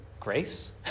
grace